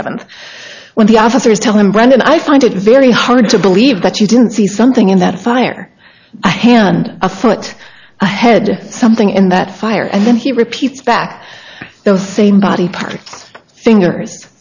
seventh when the officers tell him when i find it very hard to believe that you didn't see something in that fire a hand a foot ahead something in that fire and then he repeats back the same body part fingers